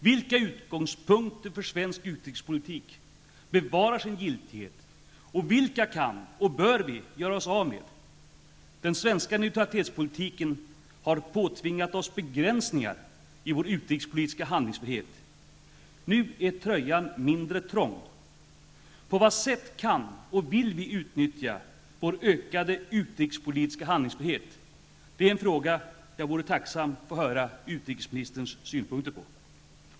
Vilka utgångspunkter för svensk utrikespolitik bevarar sin giltighet, och vilka kan, och bör, vi göra oss av med? Den svenska neutralitetspolitiken har påtvingat oss begränsningar i vår utrikespolitiska handlingsfrihet. Nu är tröjan mindre trång. På vad sätt kan och vill vi utnyttja vår ökade utrikespolitiska handlingsfrihet? Det är en fråga jag vore tacksam att få höra utrikesministerns synpunkter på.